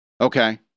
Okay